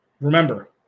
Remember